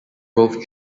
both